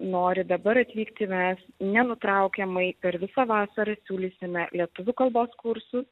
nori dabar atvykti mes nenutraukiamai per visą vasarą siūlysime lietuvių kalbos kursus